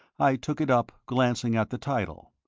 i took it up, glancing at the title.